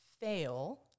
fail